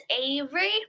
Avery